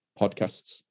podcasts